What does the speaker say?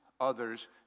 others